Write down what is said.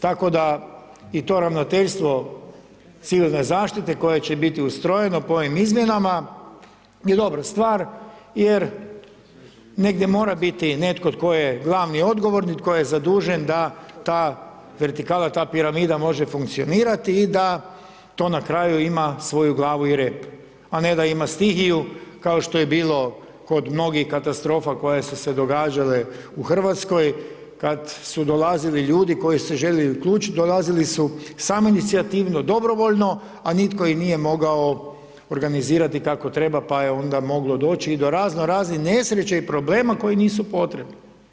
Tako da i to ravnateljstvo civilne zaštite koje će biti ustrojeno po ovim izmjenama je dobra stvar jer negdje mora biti netko tko je glavni i odgovorni, tko je zadužen da ta vertikala ta piramida može funkcionirati i da to na kraju ima svoju glavu i rep, a ne da ima stihiju kao što je bilo kod mnogih katastrofa koje su se događala u Hrvatskoj, kad su dolazili ljudi koji su se željeli uključit, dolazili su samoinicijativno, dobrovoljno, a nitko ih nije mogao organizirati kako treba pa je onda moglo doći i do razno raznih nesreća i problema koji nisu potrebni.